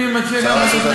אני מציע להעביר,